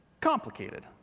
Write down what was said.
complicated